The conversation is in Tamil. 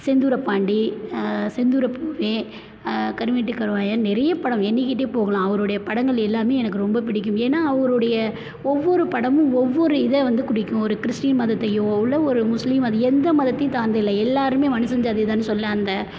செந்தூரப் பாண்டி செந்தூரப் பூவே கரிமேட்டு கருவாயன் நிறைய படம் எண்ணிக்கிட்டே போகலாம் அவருடைய படங்கள் எல்லாம் எனக்கு ரொம்ப பிடிக்கும் ஏன்னா அவருடைய ஒவ்வொரு படமும் ஒவ்வொரு இதை வந்து குறிக்கும் ஒரு கிறிஸ்டின் மதத்தையோ இல்லை ஒரு முஸ்லீம் அது எந்த மதத்தையும் சார்ந்து இல்லை எல்லாரும் மனுஷன் சாதி தான் சொல்ல அந்த